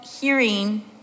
hearing